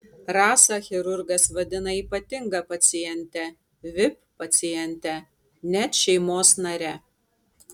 rasą chirurgas vadina ypatinga paciente vip paciente net šeimos nare